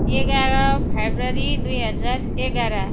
एघार फेब्रुअरी दुई हजार एघार